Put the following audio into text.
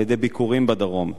על-ידי ביקורים בדרום.